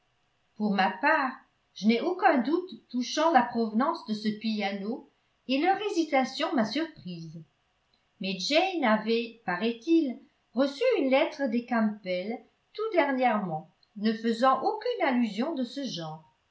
pour ma part je n'ai aucun doute touchant la provenance de ce piano et leur hésitation m'a surprise mais jane avait paraît-il reçu une lettre des campbell tout dernièrement ne faisant aucune allusion de ce genre